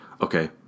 Okay